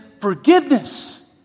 forgiveness